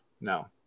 No